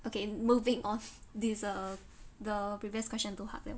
okay moving off this err the previous question too hard then